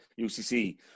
UCC